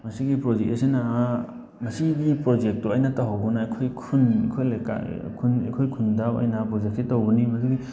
ꯃꯁꯤꯒꯤ ꯄ꯭ꯔꯣꯖꯦꯛ ꯑꯁꯤꯅ ꯃꯁꯤꯒꯤ ꯄ꯭ꯔꯣꯖꯦꯛꯇꯣ ꯑꯩꯅ ꯇꯧꯍꯧꯕꯅ ꯑꯩꯈꯣꯏ ꯈꯨꯟ ꯑꯩꯈꯣꯏ ꯂꯩꯀꯥꯏ ꯈꯨꯟ ꯑꯩꯈꯣꯏ ꯈꯨꯟꯗ ꯑꯩꯅ ꯄ꯭ꯔꯣꯖꯦꯛꯁꯤ ꯇꯧꯕꯅꯤ ꯃꯗꯨꯒꯤ